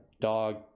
dog